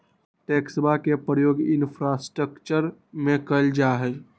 टैक्सवा के प्रयोग इंफ्रास्ट्रक्टर में कइल जाहई